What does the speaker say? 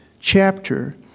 chapter